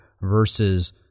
versus